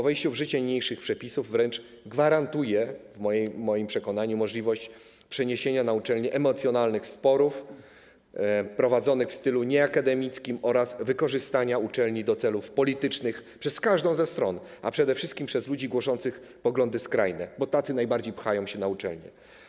Wejście w życie niniejszych przepisów w moim przekonaniu wręcz gwarantuje możliwość przeniesienia na uczelnie emocjonalnych sporów prowadzonych w stylu nieakademickim oraz wykorzystania uczelni do celów politycznych przez każdą ze stron, a przede wszystkim przez ludzi głoszących poglądy skrajne, bo tacy najbardziej pchają się na uczelnie.